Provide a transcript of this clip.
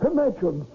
Imagine